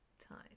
time